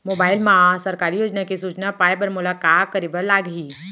mobile मा सरकारी योजना के सूचना पाए बर मोला का करे बर लागही